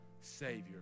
savior